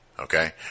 Okay